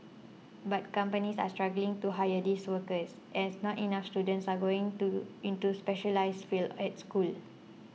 but companies are struggling to hire these workers as not enough students are going to into specialised fields at school